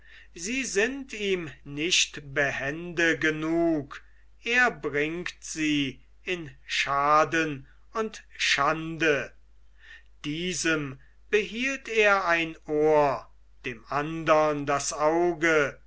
sie sind ihm nicht behende genug er bringt sie in schaden und schande diesem behielt er ein ohr dem andern das auge